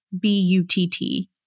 B-U-T-T